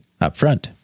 upfront